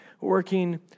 working